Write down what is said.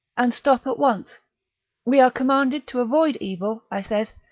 and stop at once we are commanded to avoid evil i says,